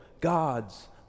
God's